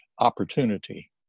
opportunity